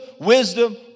wisdom